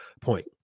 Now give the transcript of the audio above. point